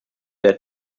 der